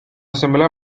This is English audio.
similar